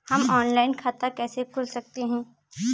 हम ऑनलाइन खाता कैसे खोल सकते हैं?